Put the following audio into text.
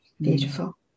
Beautiful